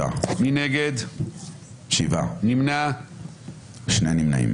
8 נגד, 1 נמנעים.